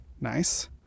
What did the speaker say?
Nice